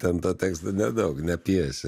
ten to tekso nedaug ne pjesė